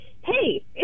Hey